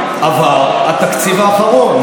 חבר הכנסת אבוטבול,